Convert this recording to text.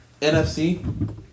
NFC